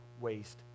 waste